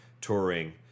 touring